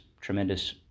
tremendous